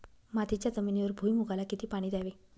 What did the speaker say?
मातीच्या जमिनीवर भुईमूगाला किती पाणी द्यावे?